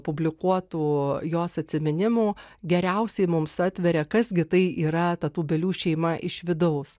publikuotų jos atsiminimų geriausiai mums atveria kas gi tai yra ta tūbelių šeima iš vidaus